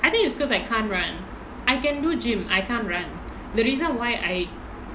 I think it's because I can't run I can do gym I can't run the reason why I